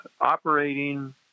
operating